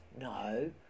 No